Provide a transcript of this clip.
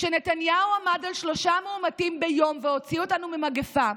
כשנתניהו עמד על שלושה מאומתים ביום והוציא אותנו ממגפה,